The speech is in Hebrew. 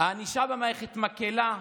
הענישה במערכת מקילה.